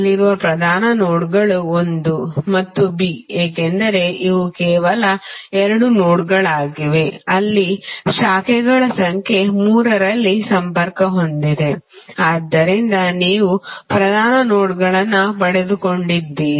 ಇಲ್ಲಿರುವ ಪ್ರಧಾನ ನೋಡ್ಗಳುಒಂದು ಮತ್ತು B ಏಕೆಂದರೆ ಇವು ಕೇವಲ ಎರಡು ನೋಡ್ಗಳಾಗಿವೆ ಅಲ್ಲಿ ಶಾಖೆಗಳ ಸಂಖ್ಯೆ ಮೂರರಲ್ಲಿ ಸಂಪರ್ಕ ಹೊಂದಿದೆ ಆದ್ದರಿಂದ ನೀವು ಪ್ರಧಾನ ನೋಡ್ಗಳನ್ನು ಪಡೆದುಕೊಂಡಿದ್ದೀರಿ